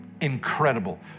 incredible